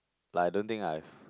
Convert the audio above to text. like I don't think I have